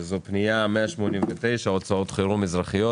עם פנייה 189 הוצאות חירום אזרחיות.